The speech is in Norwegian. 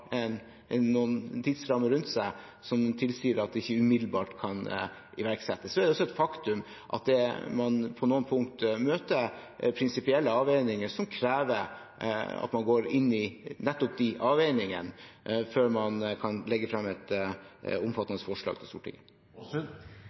noen tidsrammer rundt seg som tilsier at de ikke umiddelbart kan iverksettes. Så er det også et faktum at man på noen punkter møter prinsipielle avveininger, som krever at man går inn i nettopp de avveiningene før man kan legge frem et